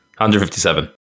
157